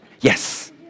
Yes